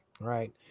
Right